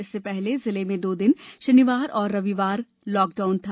इससे पहले जिले में दो दिन शनिवार और रविवार लाकडाउन था